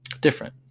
different